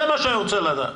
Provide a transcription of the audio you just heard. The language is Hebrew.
זה מה שאני רוצה לדעת.